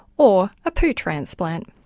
or a poo transplant.